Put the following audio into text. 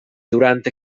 durant